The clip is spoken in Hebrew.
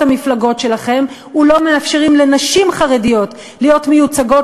המפלגות שלכם ולא מאפשרים לנשים חרדיות להיות מיוצגות,